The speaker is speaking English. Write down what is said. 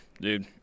dude